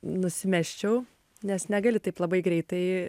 nusimesčiau nes negali taip labai greitai